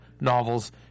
novels